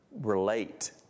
relate